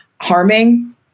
harming